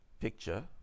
picture